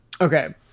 Okay